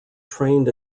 trained